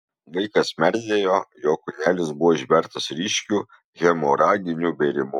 vaikas merdėjo jo kūnelis buvo išbertas ryškiu hemoraginiu bėrimu